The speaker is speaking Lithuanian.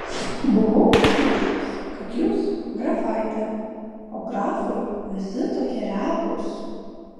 buvau užmiršęs kad jūs grafaitė o grafai visi tokie lepūs